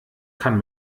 kann